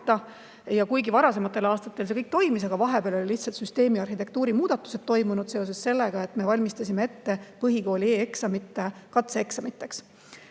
tegemata. Varasematel aastatel see kõik toimis, aga vahepeal olid lihtsalt süsteemi arhitektuuri muudatused toimunud seoses sellega, et me valmistasime seda ette põhikooli e-eksamite katseeksamiteks.